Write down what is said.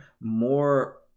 more